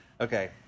Okay